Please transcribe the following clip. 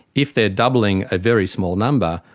if they are doubling a very small number,